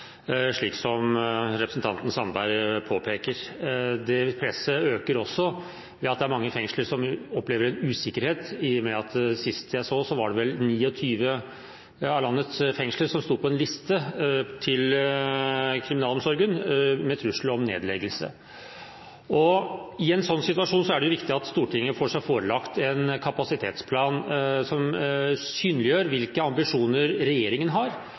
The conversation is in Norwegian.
representanten Sandberg påpekte. Presset øker også ved at det er mange fengsler som opplever usikkerhet. Sist jeg så på det, var det vel 29 av landets fengsler som sto på en liste hos kriminalomsorgen med trussel om nedleggelse. I en slik situasjon er det viktig at Stortinget får seg forelagt en kapasitetsplan som synliggjør hvilke ambisjoner regjeringen har,